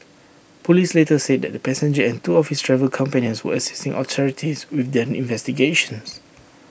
Police later said that the passenger and two of his travel companions were assisting authorities with their investigations